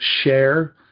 share